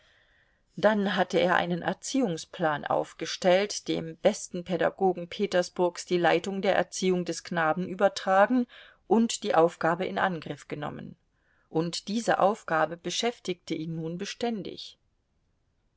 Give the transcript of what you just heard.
dann hatte er einen erziehungsplan aufgestellt dem besten pädagogen petersburgs die leitung der erziehung des knaben übertragen und die aufgabe in angriff genommen und diese aufgabe beschäftigte ihn nun beständig